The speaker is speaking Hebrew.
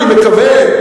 אני מקווה,